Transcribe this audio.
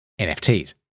NFTs